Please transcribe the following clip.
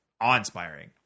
awe-inspiring